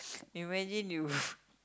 imagine you